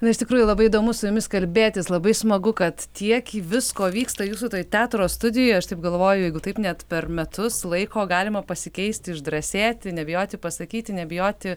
na iš tikrųjų labai įdomu su jumis kalbėtis labai smagu kad tiek visko vyksta jūsų toj teatro studijoj aš taip galvoju jeigu taip net per metus laiko galima pasikeisti išdrąsėti nebijoti pasakyti nebijoti